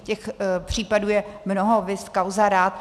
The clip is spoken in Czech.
Těch případů je mnoho, viz kauza Rath.